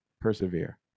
Persevere